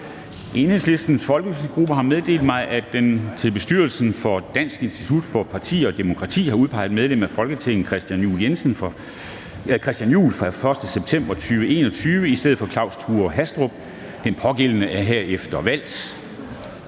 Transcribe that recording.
Enhedslistens folketingsgruppe har meddelt mig, at den til bestyrelsen for Dansk Institut for Partier og Demokrati har udpeget medlem af Folketinget Christian Juhl pr. 1. september 2021 i stedet for Claus Thure Hastrup. Den pågældende er herefter valgt.